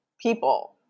people